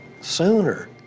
sooner